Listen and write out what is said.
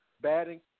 batting